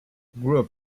group